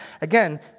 again